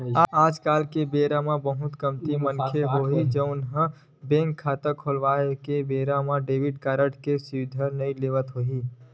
आज के बेरा म बहुते कमती मनखे होही जउन ह बेंक खाता खोलवाए के बेरा म डेबिट कारड के सुबिधा नइ लेवत होही